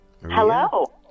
Hello